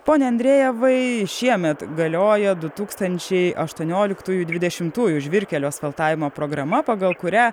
pone andrejevai šiemet galioja du tūkstančiai aštuonioliktųjų dvidešimtųjų žvyrkelių asfaltavimo programa pagal kurią